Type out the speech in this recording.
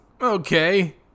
okay